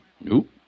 Nope